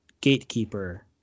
gatekeeper